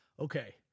Okay